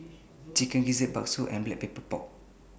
Chicken Gizzard Bakso and Black Pepper Pork